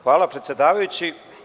Hvala, predsedavajući.